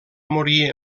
morir